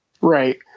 Right